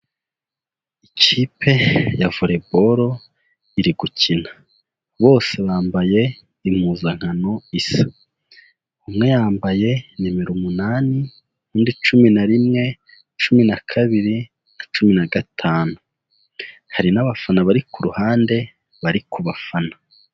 Ikipe ya Volleyball iri gukina, bose bambaye impuzankano isa, umwe yambaye nimero umunani, undi cumi na rimwe, cumi na kabiri, na cumi na gatanu, hari n'abafana bari ku ruhande bari kubafana.